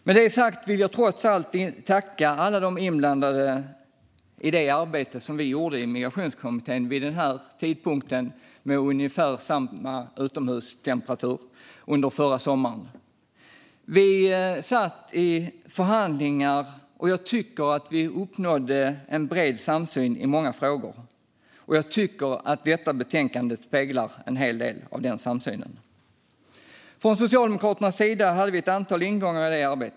Med det sagt vill jag trots allt tacka alla iblandade i det arbete som vi gjorde i Migrationskommittén vid den här tidpunkten och med ungefär samma utomhustemperatur under förra sommaren som nu. Vi satt i förhandlingar, och jag tycker att vi uppnådde en bred samsyn i många frågor. Och jag tycker att detta betänkande speglar en hel del av den samsynen. Från Socialdemokraternas sida hade vi ett antal ingångar i det arbetet.